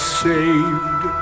saved